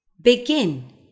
begin